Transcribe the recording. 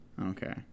Okay